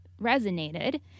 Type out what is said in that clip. resonated